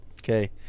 Okay